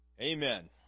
Amen